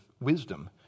wisdom